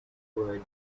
conquered